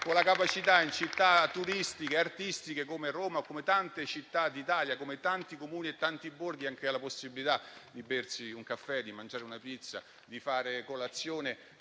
tasse, perché in città turistiche e artistiche come Roma o come tante città d'Italia, come tanti Comuni e tanti borghi, sia possibile anche bersi un caffè, mangiare una pizza, fare colazione